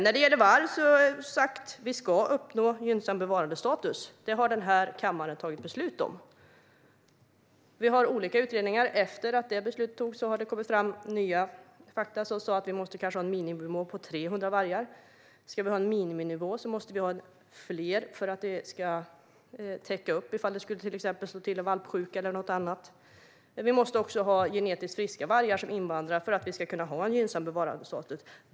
När det gäller varg ska vi uppnå gynnsam bevarandestatus. Det har kammaren fattat beslut om. Vi har olika utredningar. Efter att beslutet fattades har det kommit fram nya fakta om att vi kanske måste ha en miniminivå på 300 vargar. Ska vi ha en miniminivå måste vi ha fler för att det ska täcka upp om till exempel valpsjuka eller något annat skulle slå till. Vi måste också ha genetiskt friska vargar som invandrar för att vi ska kunna ha en gynnsam bevarandestatus.